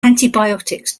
antibiotics